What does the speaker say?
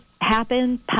happen